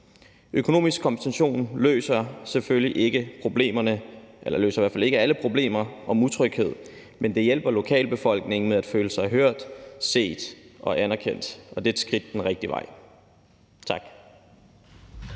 Økonomisk kompensation løser selvfølgelig ikke problemerne eller løser i hvert fald ikke alle problemer med utryghed. Men det hjælper lokalbefolkningen med at føle sig hørt, set og anerkendt, og det er et skridt den rigtige vej. Tak.